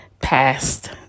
past